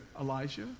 Elijah